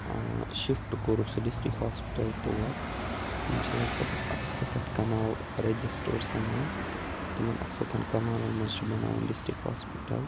ٲں شِفٹہٕ کوٚرُکھ سُہ ڈِسٹِرٛک ہاسپِٹَل تور تِم چھِ لگ بھگ اَکسَتَتھ کَنال رَجیٚسٹٲرڈ سَمان تِمن اَکسَتھن کَنالن منٛز چھُ بَناوُن ڈِسٹِرٛکٹ ہاسپِٹَل